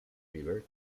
river